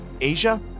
Asia